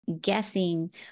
guessing